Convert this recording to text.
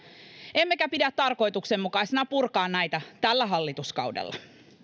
emmekä pidä tarkoituksenmukaisena purkaa näitä tällä hallituskaudella